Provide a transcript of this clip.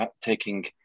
taking